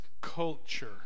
Culture